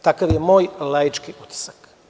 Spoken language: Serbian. Takav je moj laički utisak.